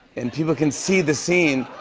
and people can see the scene.